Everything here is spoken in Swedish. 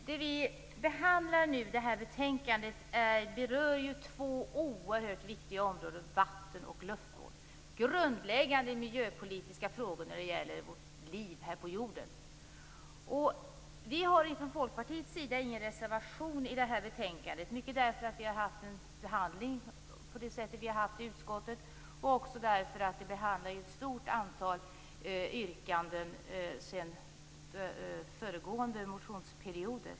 Fru talman! Det betänkande som vi nu behandlar berör ju två oerhört viktiga områden, vatten och luftvård. Det är det grundläggande i miljöpolitiska frågor när det gäller vårt liv här på jorden. Vi har från Folkparitet ingen reservation till betänkandet, mycket på grund av den behandling som har skett i utskottet. Man har behandlat ett stort antal yrkanden från föregående motionsperioder.